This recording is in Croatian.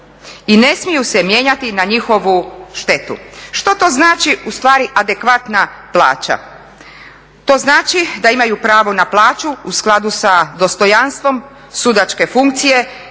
i ne smiju se mijenjati na njihovu štetu. Što to znači u stvari adekvatna plaća? To znači da imaju pravo na plaću u skladu sa dostojanstvom sudačke funkcije